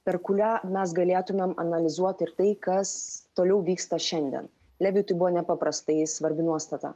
per kurią mes galėtumėm analizuoti ir tai kas toliau vyksta šiandien leviui tai buvo nepaprastai svarbi nuostata